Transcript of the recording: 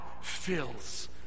fills